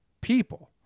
people